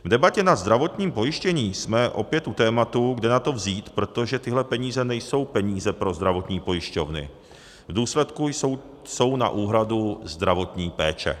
V debatě nad zdravotním pojištěním jsme opět u tématu, kde na to vzít, protože tyhle peníze nejsou peníze pro zdravotní pojišťovny, v důsledku jsou na úhradu zdravotní péče.